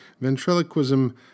Ventriloquism